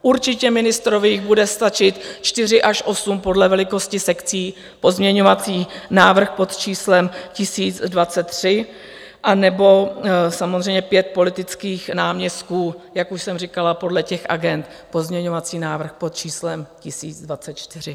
Určitě ministrovi jich bude stačit čtyři až osm podle velikosti sekcí, pozměňovací návrh pod číslem 1023, anebo samozřejmě pět politických náměstků, jak už jsem říkala, podle těch agend, pozměňovací návrh pod číslem 1024.